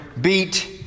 beat